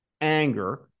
anger